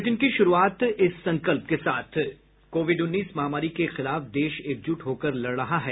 bulletin की शुरूआत से पहले ये संकल्प कोविड उन्नीस महामारी के खिलाफ देश एकजुट होकर लड़ रहा है